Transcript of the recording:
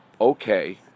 okay